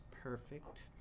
perfect